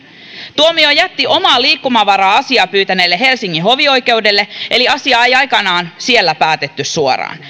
tuomio jätti omaa liikkumavaraa asiaa pyytäneelle helsingin hovioikeudelle eli asiaa ei aikanaan siellä päätetty suoraan